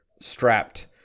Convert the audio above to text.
strapped